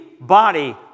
body